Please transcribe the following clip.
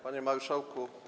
Panie Marszałku!